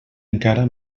encara